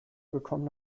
bekommt